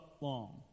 long